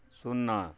शुन्ना